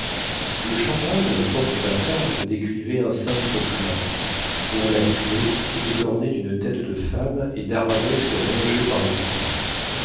le chambranle de la porte bâtarde décrivait un cintre plein dont la clef était ornée d'une tête de femme et d'arabesques rongées par le temps